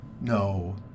No